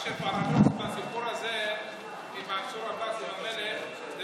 מה שפרדוקס בסיפור הזה עם מנסור עבאס והמלך זה